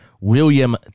William